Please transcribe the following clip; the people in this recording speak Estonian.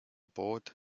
pood